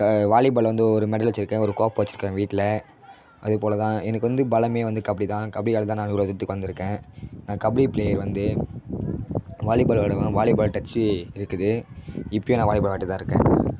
வாலி பால் வந்து ஒரு மெடல் வச்சுருக்கேன் ஒரு கோப்பை வச்சுருக்கேன் வீட்டில் அதுப்போல் தான் எனக்கு வந்து பலமே வந்து கபடி தான் கபடியால் தான் நான் இவ்வளோ தூரத்துக்கு வந்திருக்கேன் நான் கபடி ப்ளேயர் வந்து வாலி பால் விளையாடுவேன் வாலி பால் டச்சு இருக்குது இப்பயும் நான் வாலி பால் விளையாடிகிட்டு தான் இருக்கேன்